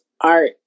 art